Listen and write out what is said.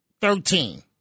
Thirteen